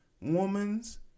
woman's